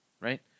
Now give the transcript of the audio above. right